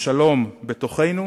לשלום בתוכנו